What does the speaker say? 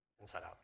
inside-out